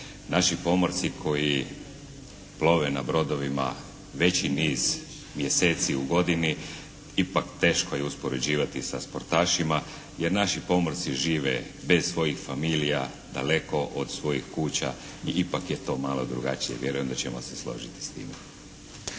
Naši pomorci koji plove na brodovima veći niz mjeseci u godini ipak teško je uspoređivati sa sportašima jer naši pomorci žive bez svojih familija daleko od svojih kuća i ipak je to malo drugačije. Vjerujem da ćemo se složiti s time.